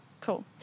Cool